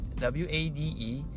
w-a-d-e